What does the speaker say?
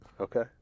Okay